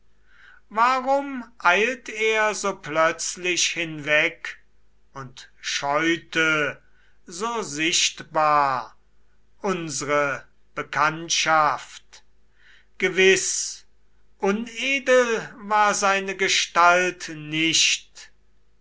warum eilt er so plötzlich hinweg und scheute so sichtbar unsre bekanntschaft gewiß unedel war seine gestalt nicht